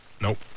Nope